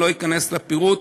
אני לא אכנס לפירוט,